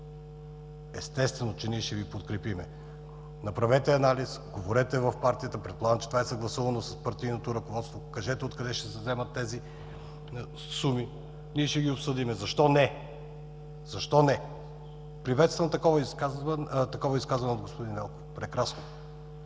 Естествено, че ние ще Ви подкрепим. Направете анализ, говорете в партията, предполагам, че това е съгласувано с партийното ръководство, кажете откъде ще се вземат тези суми. Ние ще ги обсъдим. Защо – не. Приветствам такова изказване от господин Велков – прекрасно!